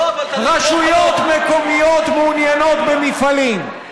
רשויות מקומיות מעוניינות במפעלים,